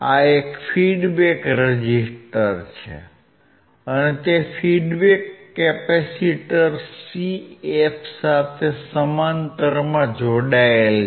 આ એક feedback resistor છે અને તે ફીડબેક કેપેસિટર Cf સાથે સમાંતરમાં જોડાયેલ છે